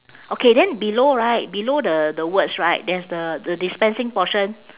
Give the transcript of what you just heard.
okay then below right below the the words right there's the the dispensing portion